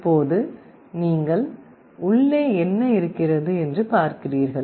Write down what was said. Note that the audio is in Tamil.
இப்போது நீங்கள் உள்ளே என்ன இருக்கிறது என்று பார்க்கிறீர்கள்